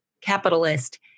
capitalist